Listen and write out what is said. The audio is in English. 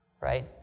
Right